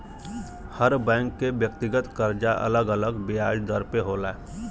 हर bank के व्यक्तिगत करजा अलग अलग बियाज दर पे होला